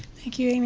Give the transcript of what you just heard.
thank you, amy.